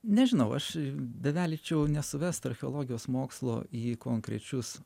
nežinau aš bevelyčiau nesuvest archeologijos mokslo į konkrečius